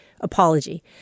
apology